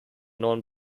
non